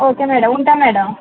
okay madam ఉంటాను madam